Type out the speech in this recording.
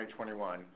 2021